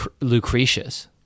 lucretius